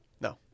No